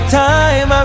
time